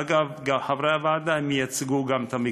אגב, חברי הוועדה ייצגו גם את המגזר.